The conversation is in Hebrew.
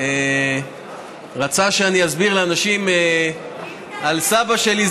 שרצה שאסביר לאנשים על סבא שלי,